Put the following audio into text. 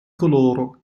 coloro